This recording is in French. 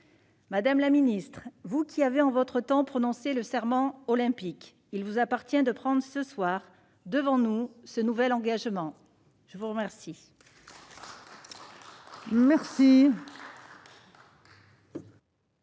Madame la ministre, à vous qui avez en votre temps prononcé le serment olympique, il appartient de prendre ce soir devant nous ce nouvel engagement ! Mes chers